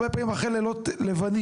הרבה פעמים אחרי לילות לבנים.